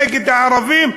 נגד הערבים,